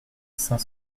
cinq